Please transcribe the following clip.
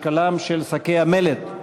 (משקלם של שקי מלט).